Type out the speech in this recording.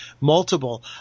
multiple